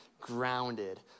grounded